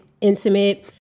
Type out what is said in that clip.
intimate